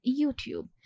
YouTube